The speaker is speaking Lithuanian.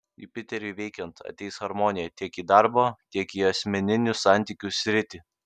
jupiteriui veikiant ateis harmonija tiek į darbo tiek į asmeninių santykių sritį